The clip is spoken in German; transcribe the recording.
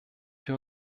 wir